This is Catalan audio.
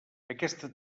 aquesta